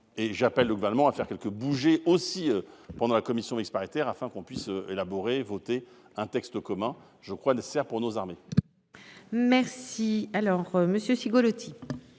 et j'appelle le gouvernement à faire quelques bouger aussi pendant la commission mixte paritaire afin qu'on puisse élaborer et voter un texte commun. Je crois nécessaire pour nos armées. Merci. Alors Monsieur Cigolotti.